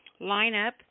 lineup